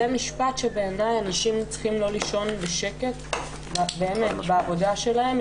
זה משפט שבעיניי אנשים צריכים לא לישון בשקט בעבודה שלהם.